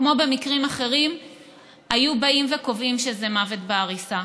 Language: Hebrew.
כמו במקרים אחרים היו באים וקובעים שזה מוות בעריסה.